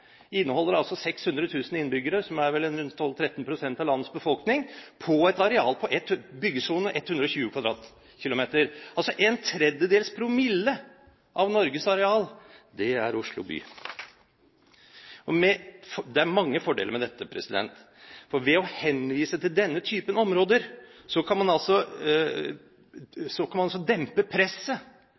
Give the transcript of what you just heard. inneholder altså 600 000 innbyggere, som vel er rundt 12–13 pst. av landets befolkning, med en byggesone på 120 km2. Oslo by er altså en tredel promille av Norges areal. Det er mange fordeler med dette. Ved å henvise til denne type områder kan man dempe presset